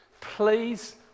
please